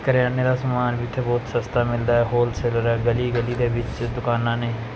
ਕਰਿਆਨੇ ਦਾ ਸਮਾਨ ਵੀ ਇੱਥੇ ਬਹੁਤ ਸਸਤਾ ਮਿਲਦਾ ਹੈ ਹੋਲਸੇਲਰ ਹੈ ਗਲੀ ਗਲੀ ਦੇ ਵਿੱਚ ਦੁਕਾਨਾਂ ਨੇ